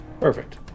Perfect